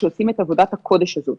שעושים את עבודת הקודש הזאת.